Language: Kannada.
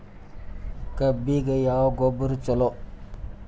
ಕಬ್ಬಿಗ ಯಾವ ಗೊಬ್ಬರ ಛಲೋ?